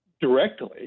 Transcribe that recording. directly